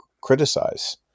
criticize